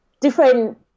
different